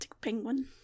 penguin